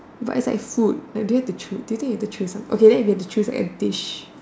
but it's like food like do you have to choose do you think we have to choose some okay then you have to choose a dish